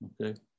Okay